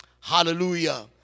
hallelujah